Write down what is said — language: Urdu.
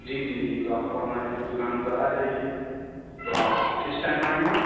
جی جی جی تو آپ کو ہماری دکان پر آ جائیے تو آپ کس ٹائم آئیں گے